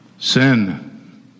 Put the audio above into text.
sin